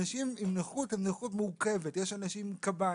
יש אנשים עם נכות מורכבת: יש אנשים עם קביים,